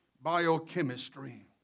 biochemistry